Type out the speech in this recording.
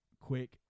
quick